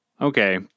Okay